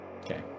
Okay